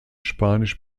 spanisch